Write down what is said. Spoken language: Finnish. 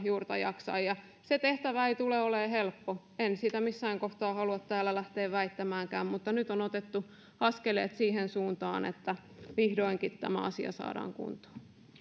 juurta jaksain se tehtävä ei tule olemaan helppo en sitä missään kohtaa halua täällä lähteä väittämäänkään mutta nyt on otettu askeleet siihen suuntaan että vihdoinkin tämä asia saadaan kuntoon